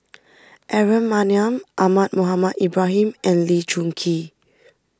Aaron Maniam Ahmad Mohamed Ibrahim and Lee Choon Kee